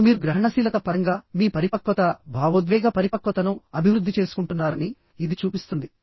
ఇప్పుడు మీరు గ్రహణశీలత పరంగా మీ పరిపక్వత భావోద్వేగ పరిపక్వతను అభివృద్ధి చేసుకుంటున్నారని ఇది చూపిస్తుంది